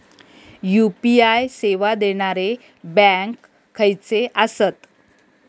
UPI सेवा देणारे bank खयचे आसत?